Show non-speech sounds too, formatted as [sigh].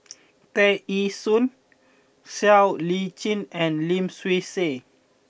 [noise] Tear Ee Soon Siow Lee Chin and Lim Swee Say